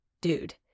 dude